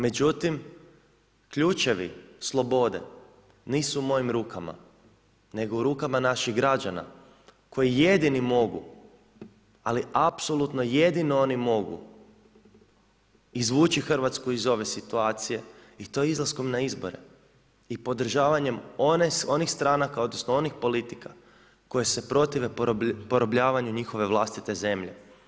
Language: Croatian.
Međutim, ključevi slobode nisu u mojim rukama, nego u rukama naših građana koji jedini mogu ali apsolutno jedino oni mogu izvući Hrvatsku iz ove situacije i to izlaskom na izbore i podržavanjem onih stranaka odnosno onih politika koje se protive porobljavanju njihove vlastite zemlje.